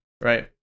right